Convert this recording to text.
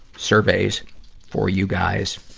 surveys for you guys.